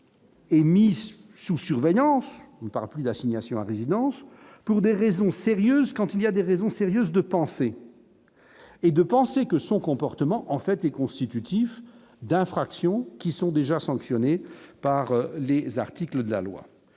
est mis sous surveillance ne parle plus d'assignation à résidence pour des raisons sérieuses quand il y a des raisons sérieuses de penser. Et de penser que son comportement en fait est constitutif d'infractions qui sont déjà sanctionnés par les articles de la loi,